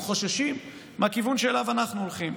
כי הם חוששים מהכיוון שאליו אנחנו הולכים.